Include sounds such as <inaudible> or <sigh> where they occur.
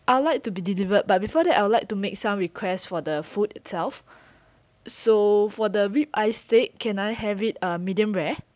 I would like to be delivered but before that I would like to make some requests for the food itself <breath> so for the ribeye steak can I have it uh medium rare